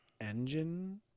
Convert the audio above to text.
engine